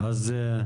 רגע,